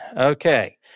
Okay